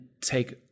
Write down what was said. take